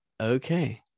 Okay